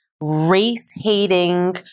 race-hating